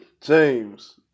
James